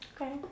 Okay